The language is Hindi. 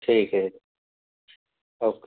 ठीक है ओके